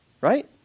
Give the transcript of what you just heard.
Right